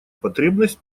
потребность